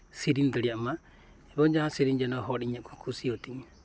ᱥᱮᱨᱮᱧ ᱫᱟᱲᱤᱭᱟᱜ ᱢᱟ ᱮᱵᱚᱝ ᱡᱟᱦᱟᱸ ᱥᱮᱨᱮᱧ ᱡᱮᱱᱚ ᱦᱚᱲ ᱤᱧᱟᱹᱜ ᱠᱚ ᱠᱩᱥᱤᱭᱟᱛᱤᱧ